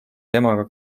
temaga